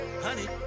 honey